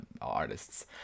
artists